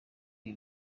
ibi